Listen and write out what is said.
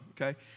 okay